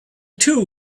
too